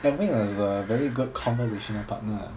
alvin is a very good conversational partner